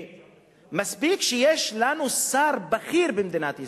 מספיק שיש לנו שר בכיר במדינת ישראל,